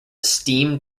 steam